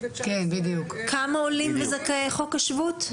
כמה עולים וזכאי חוק השבות?